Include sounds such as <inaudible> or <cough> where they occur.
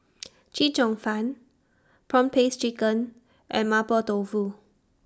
<noise> Chee Cheong Fun Prawn Paste Chicken and Mapo Tofu